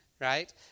right